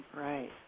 Right